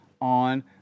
on